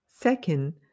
Second